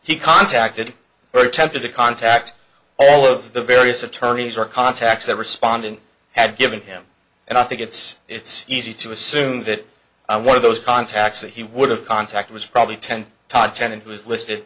he contacted her attempted to contact all of the various attorneys or contacts that respondent had given him and i think it's it's easy to assume that one of those contacts that he would have contact was probably ten todd tennant who is listed